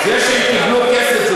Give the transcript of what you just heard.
זה שהם קיבלו כסף זה